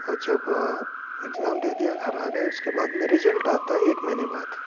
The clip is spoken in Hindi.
और जब एग्जाम दे दिया घर आ गए उसके बाद में रिजल्ट आता है एक महीने बाद